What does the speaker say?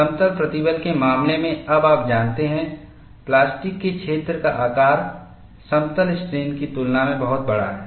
समतल प्रतिबल के मामले में अब आप जानते हैं प्लास्टिक के क्षेत्र का आकार समतल स्ट्रेन की तुलना में बहुत बड़ा है